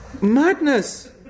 Madness